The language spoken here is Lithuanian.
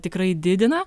tikrai didina